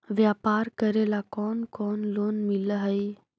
व्यापार करेला कौन कौन लोन मिल हइ?